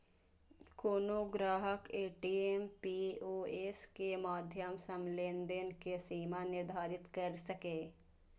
कोनो ग्राहक ATM, POS के माध्यम सं लेनदेन के सीमा निर्धारित कैर सकैए